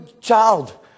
child